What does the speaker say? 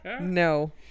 no